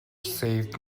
saved